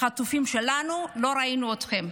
בחטופים שלנו, לא ראינו אתכם.